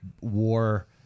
War